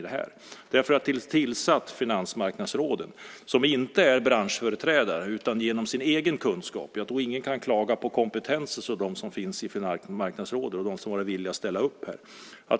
Det är därför jag har tillsatt finansmarknadsråden, som inte är branschföreträdare. Jag tror ingen kan klaga på kompetensen hos dem som har varit villiga att ställa upp i Finansmarknadsrådet.